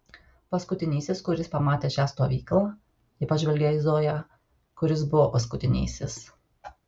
paskutinysis kuris pamatė šią stovyklą ji pažvelgė į zoją kuris buvo paskutinysis